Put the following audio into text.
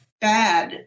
bad